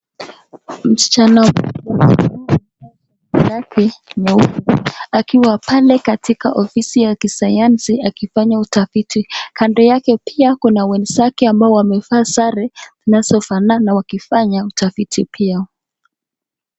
Msichana amevaa nguo lake nyeupe akiwa pale katika ofisi ya sayansi akifanya utafiti. Kando yake kuna wenzake pia ambao wamevaa sare zinazofanana wakifanya utafiti pia.